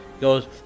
goes